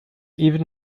even